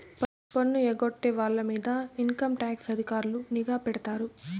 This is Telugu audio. పన్ను ఎగ్గొట్టే వాళ్ళ మీద ఇన్కంటాక్స్ అధికారులు నిఘా పెడతారు